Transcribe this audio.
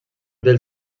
dels